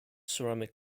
ceramic